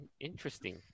interesting